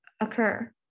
occur